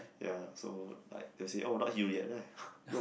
ya so like they'll say oh not heal yet bro